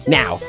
now